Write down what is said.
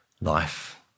life